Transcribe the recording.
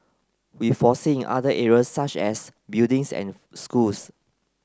we foresee in other areas such as buildings and schools